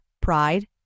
pride